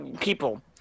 people